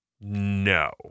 no